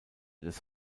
des